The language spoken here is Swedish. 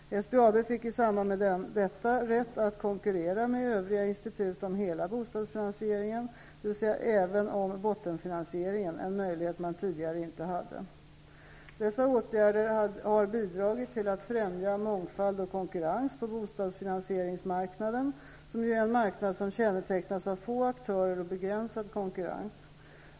SBAB fick i samband med detta rätt att konkurrera med övriga institut om hela bostadsfinansieringen, dvs. även om bottenfinansieringen, en möjlighet man tidigare inte hade. Dessa åtgärder har bidragit till att främja mångfald och konkurrens på bostadsfinansieringsmarknaden, som ju är en marknad som kännetecknas av få aktörer och begränsad konkurrens.